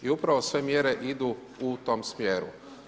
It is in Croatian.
I upravo sve mjere idu u tom smjeru.